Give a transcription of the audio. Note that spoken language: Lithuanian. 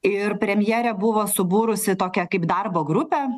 ir premjerė buvo subūrusi tokią kaip darbo grupę